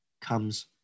comes